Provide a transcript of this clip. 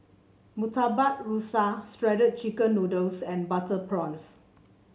Murtabak Rusa Shredded Chicken Noodles and Butter Prawns